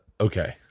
okay